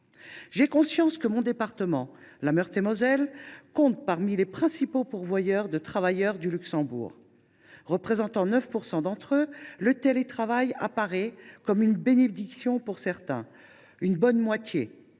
J’ai conscience que mon département, la Meurthe et Moselle, compte parmi les principaux pourvoyeurs de travailleurs du Luxembourg. Le télétravail, qui concerne 9 % d’entre eux, apparaît comme une bénédiction pour certains, une bonne moitié